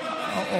מה קרה?